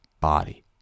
body